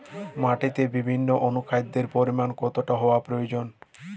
মাটিতে বিভিন্ন অনুখাদ্যের পরিমাণ কতটা হওয়া প্রয়োজন?